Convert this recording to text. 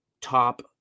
top